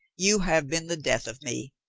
you have been the death of me.